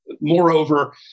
moreover